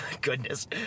Goodness